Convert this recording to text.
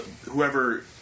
whoever